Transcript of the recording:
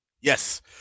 Yes